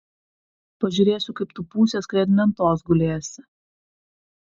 pažiūrėsiu kaip tu pūsies kai ant lentos gulėsi